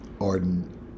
Arden